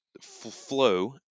flow